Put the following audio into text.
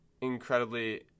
incredibly